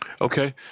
Okay